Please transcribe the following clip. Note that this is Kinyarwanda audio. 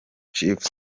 chief